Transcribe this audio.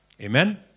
Amen